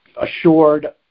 assured